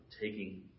taking